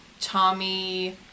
Tommy